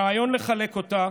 הרעיון לחלק אותה,